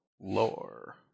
Lore